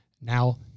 now